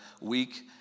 week